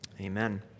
Amen